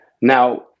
Now